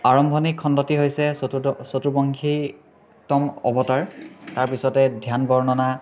আৰম্ভণি খণ্ডটি হৈছে চতুৰ্বংশিতম অৱতাৰ তাৰপিছতে ধ্যান বৰ্ণনা